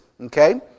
okay